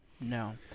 No